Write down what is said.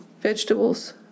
vegetables